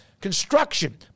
construction